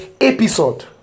episode